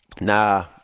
Nah